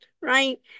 right